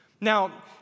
Now